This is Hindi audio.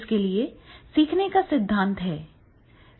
इसके लिए सीखने का सिद्धांत है